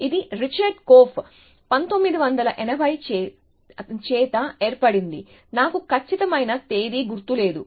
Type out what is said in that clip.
ఇది Richard Korf 1980 చేత ఏర్పడింది నాకు ఖచ్చితమైన తేదీ గుర్తులేదు